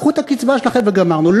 קחו את הקצבה שלכם וגמרנו.